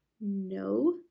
No